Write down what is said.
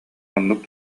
оннук